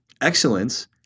excellence